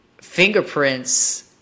fingerprints